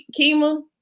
Kima